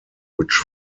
which